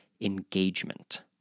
engagement